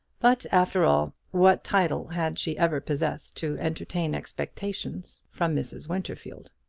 but, after all, what title had she ever possessed to entertain expectations from mrs. winterfield?